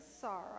sorrow